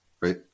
right